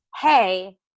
hey